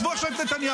עזבו עכשיו את נתניהו.